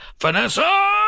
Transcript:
Vanessa